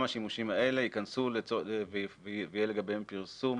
השימושים האלה ייכנסו ויהיה לגביהם פרסום